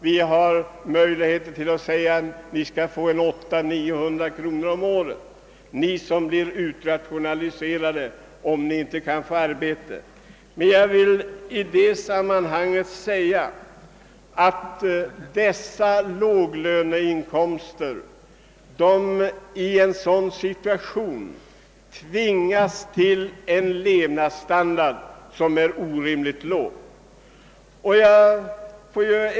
Vi är kanske också stolta över att ha en arbetslöshetsförsäkring som ger de utrationaliserade, som inte kan erhålla annat arbete, en ersättning på 800—900 kronor i månaden. De människorna tvingas emellertid att leva på en orimligt låg standard.